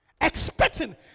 Expecting